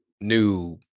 New